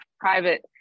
private